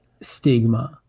stigma